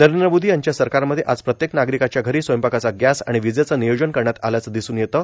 नरेंद्र मोदी यांच्या सरकारमध्ये आज प्रत्येक नागरिकाच्या घरी स्वयंपाकाचा गॅस आणि विजेचं नियोजन करण्यात आल्याचं दिसून येतं